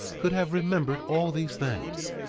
could have remembered all these things,